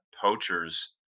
poachers